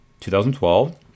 2012